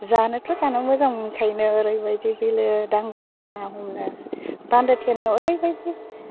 जानोथ' जानो मोजां मोनखायोनो ओरैबायदि बिलो दांग्रोमो ना हमनो बान्दो थेनायाव ओरैबायदि